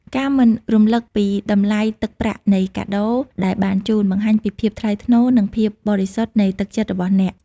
ការមិនរំលឹកពីតម្លៃទឹកប្រាក់នៃកាដូដែលបានជូន បង្ហាញពីភាពថ្លៃថ្នូរ និងភាពបរិសុទ្ធនៃទឹកចិត្តរបស់អ្នក។